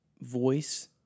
voice